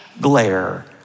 glare